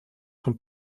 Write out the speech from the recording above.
von